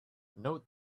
note